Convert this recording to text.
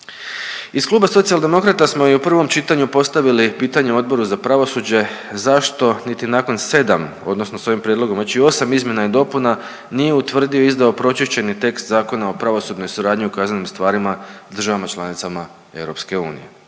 Iz Kluba Socijaldemokrata smo i u prvom čitanju postavili pitanje Odboru za pravosuđe, zašto niti nakon 7 odnosno s ovim prijedlogom već i 8 izmjena dopuna nije utvrdio i izdao pročišćeni tekst Zakona o pravosudnoj suradnji u kaznenim stvarima državama članicama EU.